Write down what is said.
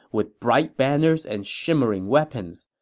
with bright banners and shimmering weapons.